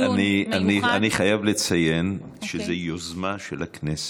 אני חייב לציין שזו יוזמה של הכנסת.